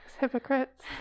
Hypocrites